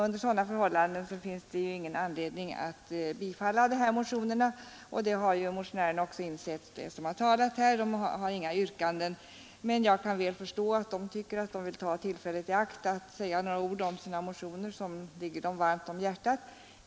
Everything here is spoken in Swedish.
Under sådana förhållanden finns det ingen anledning att bifalla motionerna, och det har motionärerna också insett — de som talat här har inte framställt några yrkanden. Men jag kan väl förstå att de velat ta tillfället i akt att säga några ord om sina motioner, som ligger dem varmt om hjärtat.